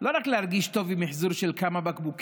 לא רק להרגיש טוב עם מחזור של כמה בקבוקים